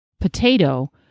potato